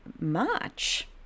march